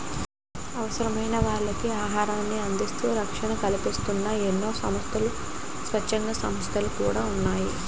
అవసరమైనోళ్ళకి ఆహారాన్ని అందించేందుకు రక్షణ కల్పిస్తూన్న ఎన్నో స్వచ్ఛంద సంస్థలు కూడా ఉన్నాయి